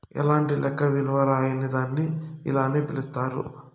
ఎలాంటి లెక్క విలువ రాయని దాన్ని ఇలానే పిలుత్తారు